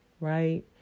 right